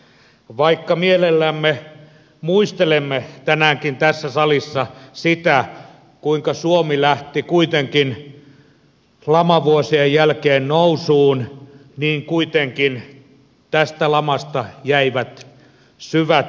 vaikka mielellämme muistelemme tänäänkin tässä salissa sitä kuinka suomi lähti kuitenkin lamavuosien jälkeen nousuun niin kuitenkin tästä lamasta jäivät syvät jäljet